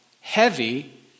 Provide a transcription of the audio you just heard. heavy